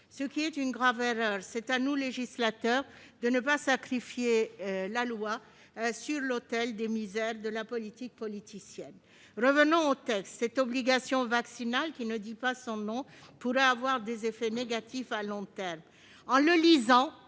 ce qui est une grave erreur. Il nous revient, à nous, législateurs, de ne pas sacrifier la loi sur l'autel misérable de la politique politicienne. Revenons au projet de loi. Cette obligation vaccinale qui ne dit pas son nom pourrait avoir des effets négatifs à long terme. La lecture